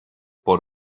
por